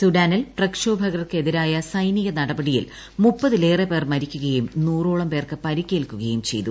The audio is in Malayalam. സുഡാനിൽ പ്രക്ഷോഭകർക്കെതിരായ സൈനിക നടപടിയിൽ മുപ്പതിലേറെപേർ മരിക്കുകയും നൂറോളംപേർക്ക് പരിക്കേൽക്കുകയും ചെയ്തു